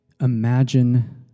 Imagine